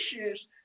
issues